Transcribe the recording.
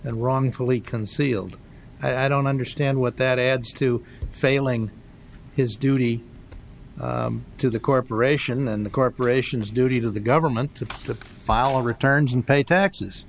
and wrongfully concealed i don't understand what that adds to failing his duty to the corporation and the corporations duty to the government to the file returns and pay taxes